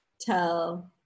tell